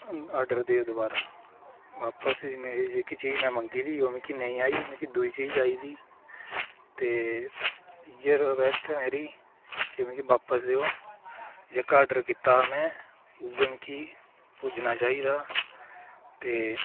order देओ दोबारा बापस जेह्की चीज़ में मंगी दी ही ओह् मिगी नेईं आई दूई चीज़ आई दी ते इ'यै रक्वेस्ट ऐ मेरी कि मिगी बापस देओ जेह्का ऑर्डर कीते दा में मिगी उ'ऐ पुज्जना चाहिदा ते